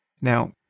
Now